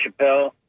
Chappelle